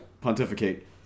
Pontificate